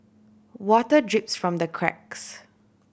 water drips from the cracks